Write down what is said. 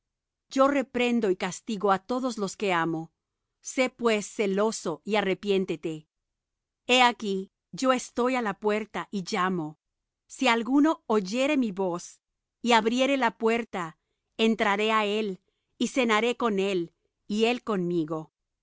yo reprendo y castigo á todos los que amo sé pues celoso y arrepiéntete he aquí yo estoy á la puerta y llamo si alguno oyere mi voz y abriere la puerta entraré á él y cenaré con él y él conmigo